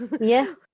Yes